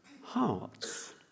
hearts